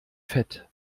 fett